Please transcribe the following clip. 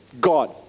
God